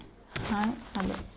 hi hello